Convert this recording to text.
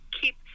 keep